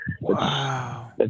Wow